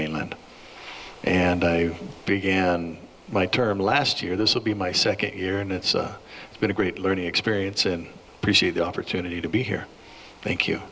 mainland and i began my term last year this will be my second year and it's been a great learning experience and appreciate the opportunity to be here thank you